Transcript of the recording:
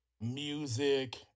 music